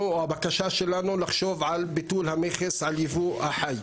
שלנו לחשוב על ביטול המכס על ייבוא החי.